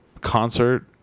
concert